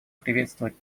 приветствовать